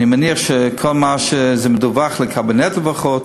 אני מניח שזה מדווח לקבינט לפחות.